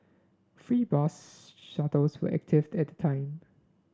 free bus shuttles were activated at the time